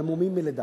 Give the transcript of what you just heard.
על מומים מלידה.